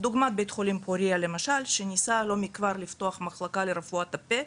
דוגמת בית חולים פוריה למשל שניסה לא מכבר לפתוח מחלקה לרפואת הפה,